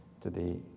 today